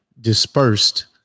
dispersed